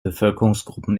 bevölkerungsgruppen